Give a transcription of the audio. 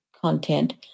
content